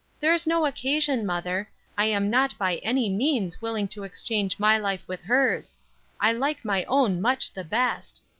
there's no occasion, mother i am not by any means willing to exchange my life with hers i like my own much the best.